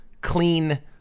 clean